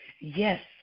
Yes